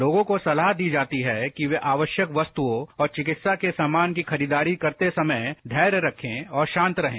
लोगों को सलाह दी जाती है कि वे आवश्यक वस्तुओं और चिकित्सा के सामान की खरीददारी करते समय धैर्य रखें और शांत रहें